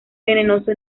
venenoso